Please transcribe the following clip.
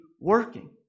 working